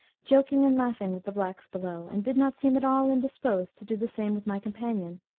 joking and laughing with the blacks below, and did not seem at all indisposed to do the same with my companion.